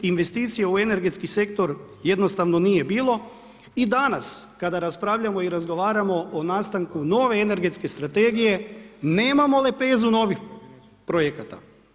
I investicije u energetski sektor, jednostavno nije bilo i danas, kada raspravljamo i razgovaramo o nastanku nove energetske strategije, nemamo lepezu novih projekata.